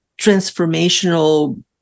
transformational